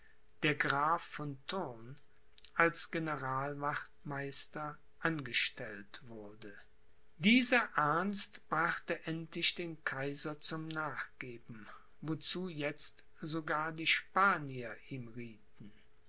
der graf von thurn als generalwachtmeister angestellt wurde dieser ernst brachte endlich den kaiser zum nachgeben wozu jetzt sogar die spanier ihm riethen